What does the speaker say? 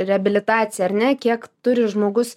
reabilitaciją ar ne kiek turi žmogus